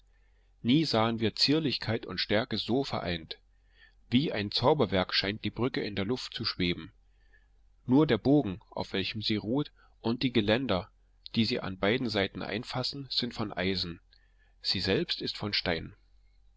nie sahen wir zierlichkeit und stärke so vereint wie ein zauberwerk scheint die brücke in der luft zu schweben nur der bogen auf welchem sie ruht und die geländer die sie an beiden seiten einfassen sind von eisen sie selbst ist von stein